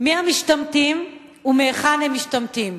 מי המשתמטים ומהיכן הם משתמטים.